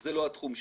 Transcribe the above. זה לא התחום שלו.